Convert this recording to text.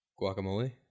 Guacamole